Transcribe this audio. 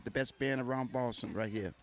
with the best band around boston right here